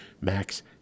Max